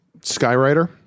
Skywriter